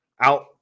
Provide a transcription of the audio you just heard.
out